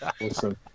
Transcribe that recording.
Awesome